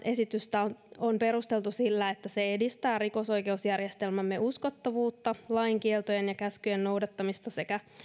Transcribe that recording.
esitystä on on perusteltu nimenomaan sillä että se edistää rikosoikeusjärjestelmämme uskottavuutta lain kieltojen ja käskyjen noudattamista sekä